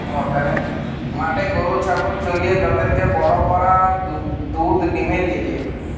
মাঠে গরু ছাগল চরিয়ে তাদেরকে বড় করা দুধ ডিমের লিগে